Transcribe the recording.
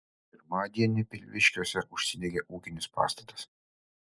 pirmadienį pilviškiuose užsidegė ūkinis pastatas